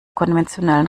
konventionellen